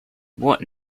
what